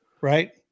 right